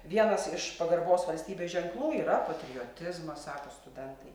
vienas iš pagarbos valstybei ženklų yra patriotizmas sako studentai